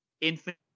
infinite